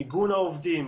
מיגון העובדים,